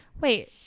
wait